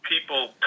people